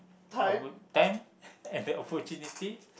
about time and the opportunity